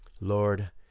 Lord